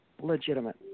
legitimate